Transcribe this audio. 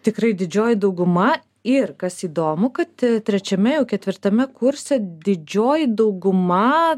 tikrai didžioji dauguma ir kas įdomu kad trečiame jau ketvirtame kurse didžioji dauguma